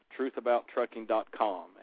truthabouttrucking.com